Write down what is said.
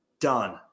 done